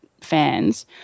fans